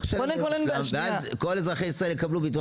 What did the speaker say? ואז כל אזרחי ישראל יקבלו ביטוח